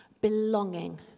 belonging